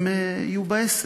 הם יהיו בעסק.